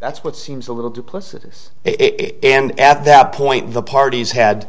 that's what seems a little duplicitous it and at that point the parties had